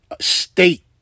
state